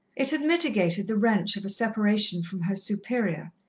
it had mitigated the wrench of a separation from her superior,